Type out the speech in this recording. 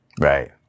Right